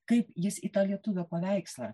kaip jis į tą lietuvio paveikslą